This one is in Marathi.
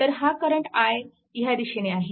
तर हा करंट i ह्या दिशेने आहे